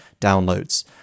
downloads